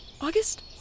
August